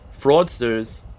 fraudsters